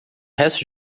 resto